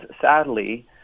sadly